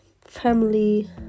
Family